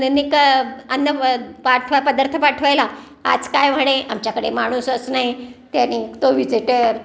नाही नाही का अन्न पाठवा पदार्थ पाठवायला आज काय म्हणे आमच्याकडे माणूसच नाही त्यांनी तो व्हेजिटर